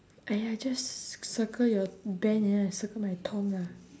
!aiya! just ci~ circle your ben and then I circle my tom lah